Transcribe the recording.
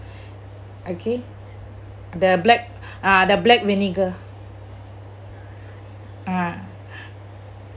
okay the black uh the black vinegar uh